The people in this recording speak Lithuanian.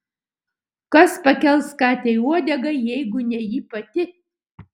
kas pakels katei uodegą jeigu ne ji pati